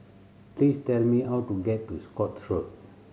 please tell me how to get to Scotts Road